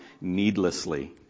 needlessly